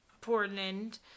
Portland